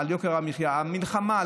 המלחמה,